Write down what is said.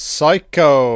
Psycho